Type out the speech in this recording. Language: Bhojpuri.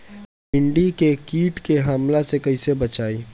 भींडी के कीट के हमला से कइसे बचाई?